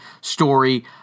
story